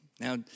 Now